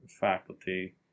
faculty